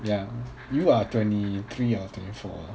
ya you are twenty three or twenty four